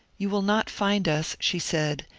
you will not find us, she said,